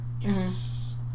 yes